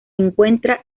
encuentra